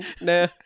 Nah